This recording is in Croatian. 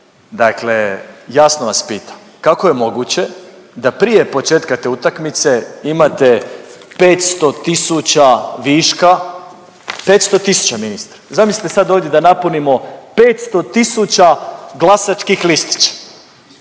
Dakle, jasno vas pitam. Kako je moguće da prije početka te utakmice imate 500 tisuća viška, 500 tisuća ministre. Zamislite sad ovdje da napunimo 500 tisuća glasačkih listića,